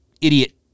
idiot